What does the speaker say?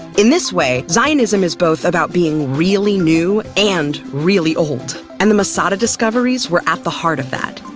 in this way zionism is both about being really new and really old. and the masada discoveries were at the heart of that.